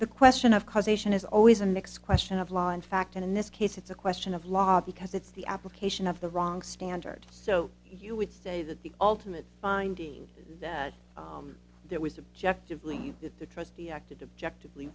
the question of causation is always a mixed question of law in fact and in this case it's a question of law because it's the application of the wrong standard so you would say that the ultimate finding that there was objective leave that the trustee acted objective le